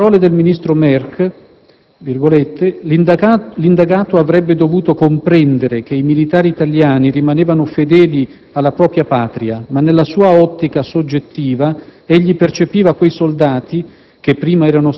Nelle parole del ministro Merk «l'indagato avrebbe dovuto comprendere che i militari italiani rimanevano fedeli alla propria Patria, ma nella sua ottica soggettiva egli percepiva quei soldati,